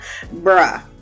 bruh